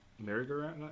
merry-go-round